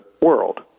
world